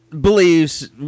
believes